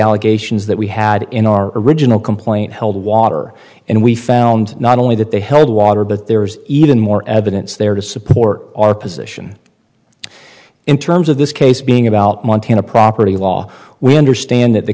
allegations that we had in our original complaint held water and we found not only that they held water but there's even more evidence there to support our position in terms of this case being about montana property law we understand that the